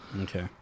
Okay